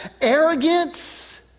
arrogance